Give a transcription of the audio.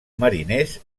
mariners